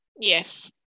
Yes